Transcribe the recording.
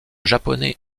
japonais